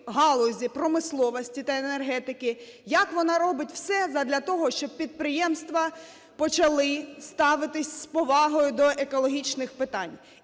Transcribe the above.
галузі промисловості та енергетики, як вона робить все задля того, щоб підприємства почали ставитись з повагою до екологічних питань.